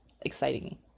exciting